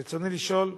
רצוני לשאול: